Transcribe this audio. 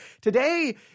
Today